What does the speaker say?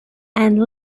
and